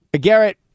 Garrett